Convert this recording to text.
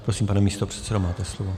Prosím, pane místopředsedo, máte slovo.